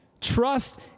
Trust